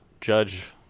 judge